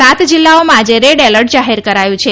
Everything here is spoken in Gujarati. સાત જીલ્લાઓમાં આજે રેડ એલર્ટ જાહેર કરાયું છે